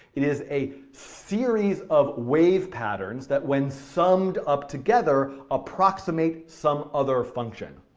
it is a series of wave patterns that when summed up together approximate some other function